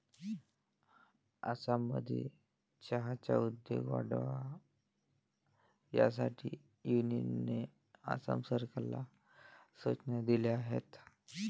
आसाममध्ये चहाचा उद्योग वाढावा यासाठी युनियनने आसाम सरकारला सूचना दिल्या आहेत